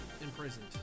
imprisoned